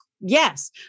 yes